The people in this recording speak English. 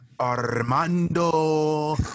Armando